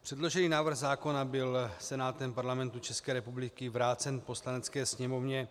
Předložený návrh zákona byl Senátem Parlamentu České republiky vrácen Poslanecké sněmovně.